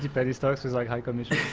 penny stocks is like high commission.